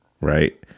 right